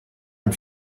ein